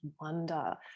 wonder